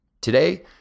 today